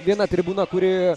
viena tribūna kuri